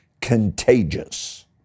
contagious